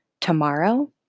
tomorrow